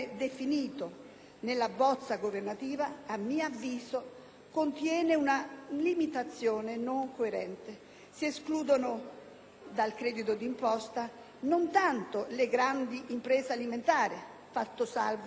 nella bozza governativa, a mio avviso contiene una limitazione non coerente. Si escludono dal credito d'imposta non tanto le grandi imprese agroalimentari (fatto salvo il caso,